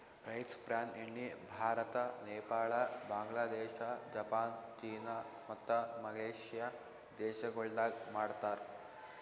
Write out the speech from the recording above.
rice bran ಎಣ್ಣಿ Bharat, Nepal, Bangladesh, Japan, China ಮತ್ತ Malaysia ದೇಶಗೊಳ್ದಾಗ್ ಮಾಡ್ತಾರ್